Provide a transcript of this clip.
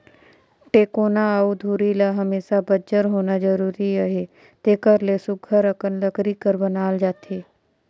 टेकोना अउ धूरी ल हमेसा बंजर होना जरूरी अहे तेकर ले सुग्घर अकन लकरी कर बनाल जाथे